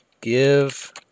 Give